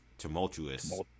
Tumultuous